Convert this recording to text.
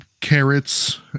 carrots